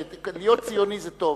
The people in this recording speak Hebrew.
להיות ציוני זה טוב.